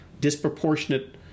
disproportionate